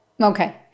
Okay